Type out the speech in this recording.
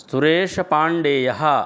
सुरेशपाण्डेयः